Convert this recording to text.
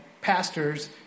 pastor's